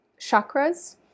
chakras